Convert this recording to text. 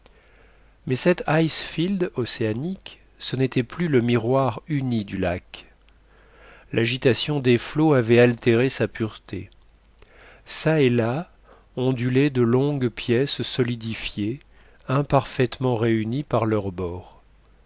mais cet icefield océanique ce n'était plus le miroir uni du lac l'agitation des flots avait altéré sa pureté çà et là ondulaient de longues pièces solidifiées imparfaitement réunies par leurs bords